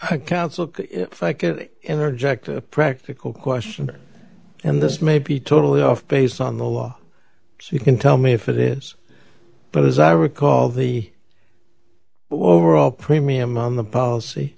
could interject a practical question and this may be totally off base on the law so you can tell me if it is but as i recall the overall premium on the policy